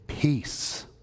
Peace